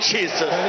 Jesus